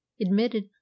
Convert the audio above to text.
admitted